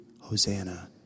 Hosanna